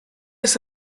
ist